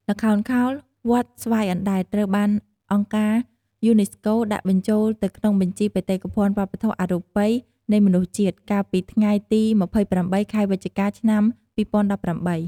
ល្ខោនខោលវត្តស្វាយអណ្តែត ត្រូវបានអង្គការយូណេស្កូ ដាក់បញ្ចូលទៅក្នុងបញ្ជី បេតិកភណ្ឌវប្បធម៌អរូបីនៃមនុស្សជាតិ កាលពី ថ្ងៃទី២៨ ខែវិច្ឆិកា ឆ្នាំ២០១៨។